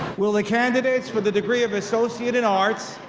will the candidates for the degree of associate in arts,